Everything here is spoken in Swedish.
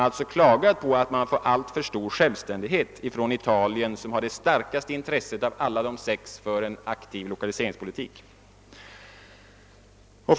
Italien, som har det starkaste intresset av De sex för en ak tiv lokaliseringspolitik, har alltså klagat på alltför stor självständighet.